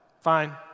Fine